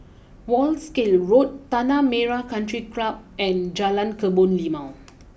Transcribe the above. Wolskel Road Tanah Merah country and Jalan Kebun Limau